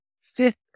fifth